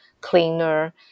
cleaner